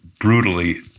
brutally